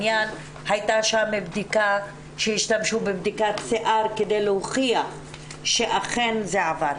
הייתה שם בדיקה שהשתמשו בבדיקת שיער כדי להוכיח שאכן זה עבר.